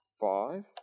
five